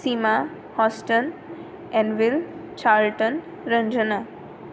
सीमा hostel एल्वील चाल्टन रंजना